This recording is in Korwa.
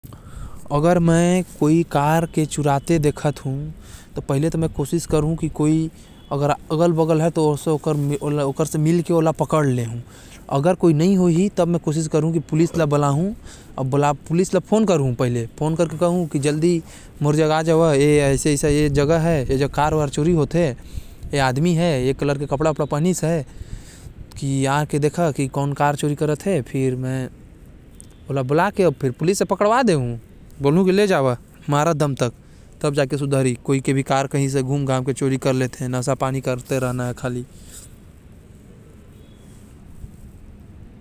पहले तो मैं अपन आस-पास वाला संगता मन के साथ मिलके कोशिश करहु की ओ हर पकड़ा जाये। कोई नही रही तो पुलिस ला फ़ोन करहुँ, अपन पता बताहु अउ बोलहु की यहा एक झने ए रंग के कपड़ा पहिन के कार चुरात हवे। एला पकड़ के ले जावा अउ एके बहुत मारहिया